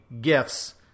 gifts